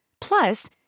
Plus